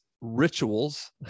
rituals